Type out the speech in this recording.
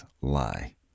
lie